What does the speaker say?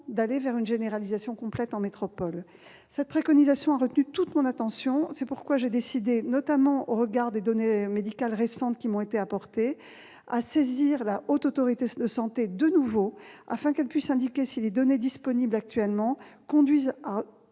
d'envisager une généralisation dans toute la France métropolitaine. Cette préconisation a retenu toute mon attention. C'est pourquoi j'ai décidé, notamment au regard des données médicales récentes qui m'ont été apportées, de saisir de nouveau la Haute Autorité de santé, afin qu'elle puisse indiquer si les données disponibles peuvent conduire à